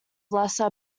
lesser